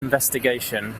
investigation